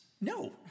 No